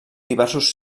diversos